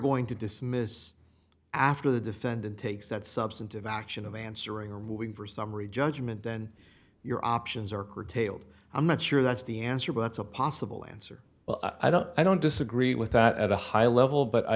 going to dismiss after the defendant takes that substantive action of answering a summary judgment then your options are curtailed i'm not sure that's the answer but that's a possible answer i don't i don't disagree with that at a high level but i